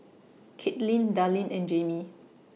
Caitlin Darleen and Jaime